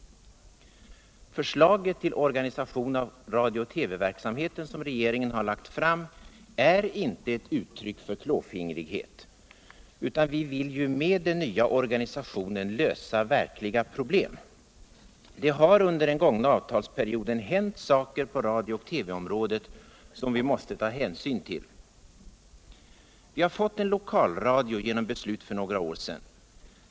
Det förstag till organisation av radiooch TV-verksamheten. som regeringen har lagt fram. är inte ett uttryck för klåfingrighet. utan vi vill med den nya organisationen lösa verkliga problem. Det har under den gångna avtalsperioden hänt saker på radio och TV området som vi måste ta hänsyn ull. Vi har fått en lokalradio genom beslut för några år sedan.